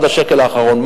עד השקל האחרון.